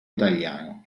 italiano